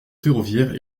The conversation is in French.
ferroviaire